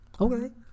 okay